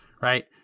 right